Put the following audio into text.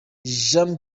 jean